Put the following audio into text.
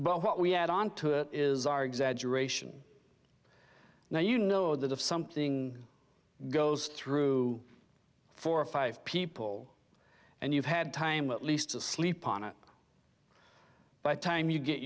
but what we add onto it is our exaggeration now you know that if something goes through four or five people and you've had time at least to sleep on it by the time you get